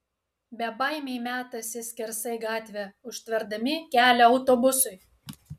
bebaimiai metasi skersai gatvę užtverdami kelią autobusui